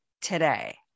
today